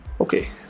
okay